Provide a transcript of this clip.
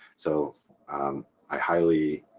so i highly,